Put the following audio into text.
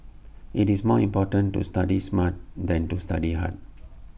IT is more important to study smart than to study hard